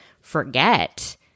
forget